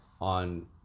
on